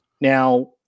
Now